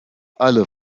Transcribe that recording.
alle